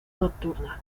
nocturna